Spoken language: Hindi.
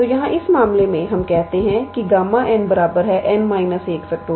तो यहाँ इस मामले में हम कहते हैं कि Γ𝑛 𝑛 − 1